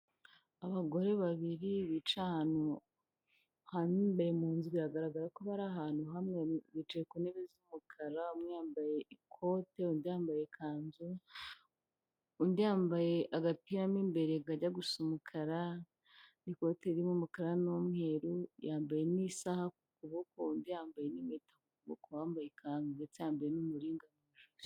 Abagore babiri bicaye ahantu ha imbere mu nzu biragaragara ko bari ahantu hamwe bicaye ku ntebe z'umukara, umwe yambaye ikote u ryambaye ikanzu, undi yambaye agapiramo imbere kajya gusa umukara n'ikote ry'umukara n'umweru yambaye nk'isaha ukuboko undi yambaye impkweta kwambaye i ikazu ndetse yambaye n'umuringa.